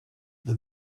the